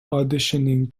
auditioning